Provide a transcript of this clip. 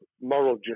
moral